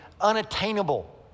unattainable